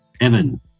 Evan